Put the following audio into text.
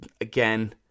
Again